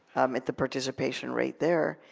at the participation rate there.